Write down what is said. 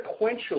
sequentially